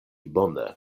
bone